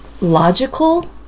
logical